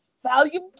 Volume